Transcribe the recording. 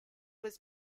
was